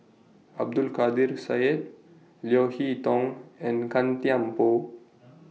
Abdul Kadir Syed Leo Hee Tong and Gan Thiam Poh